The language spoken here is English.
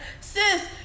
Sis